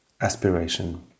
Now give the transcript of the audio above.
aspiration